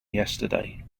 yesterday